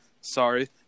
sorry